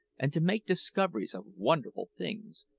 and to make discoveries of wonderful things,